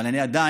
אבל אני עדיין